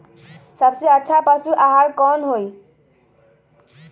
सबसे अच्छा पशु आहार कोन हई?